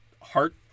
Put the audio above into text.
heart